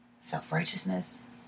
self-righteousness